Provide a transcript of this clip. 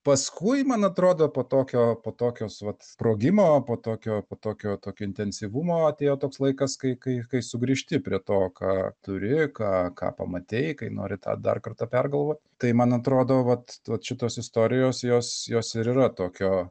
paskui man atrodo po tokio po tokios vat sprogimo po tokio po tokio tokio intensyvumo atėjo toks laikas kai kai kai sugrįžti prie to ką turi ką ką pamatei kai nori tą dar kartą pergalvot tai man atrodo vat vat šitos istorijos jos jos ir yra tokio